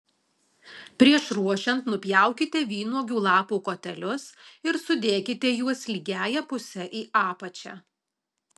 prieš ruošiant nupjaukite vynuogių lapų kotelius ir sudėkite juos lygiąja puse į apačią